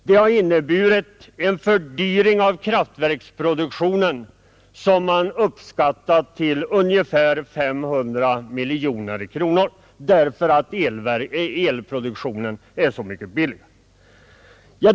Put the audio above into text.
Det har dessutom för kraftproduktionen inneburit en fördyring uppskattad till ungefär 500 miljoner kronor därför att denna elproduktion är så mycket billigare.